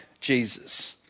Jesus